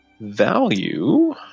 value